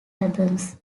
albums